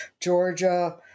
Georgia